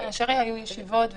שלא יהיו ישיבות ושיחות.